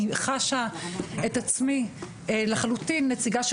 אני חשה את עצמי לחלוטין נציגה של